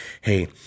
hey